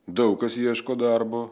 daug kas ieško darbo